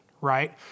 right